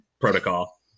protocol